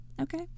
okay